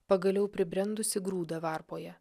pagaliau pribrendusį grūdą varpoje